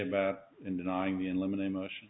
about in denying the unlimited a motion